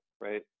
right